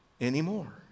anymore